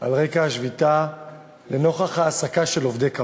על רקע השביתה לנוכח העסקה של עובדי קבלן.